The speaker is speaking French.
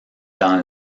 dans